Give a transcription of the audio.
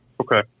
Okay